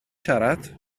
siarad